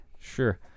Sure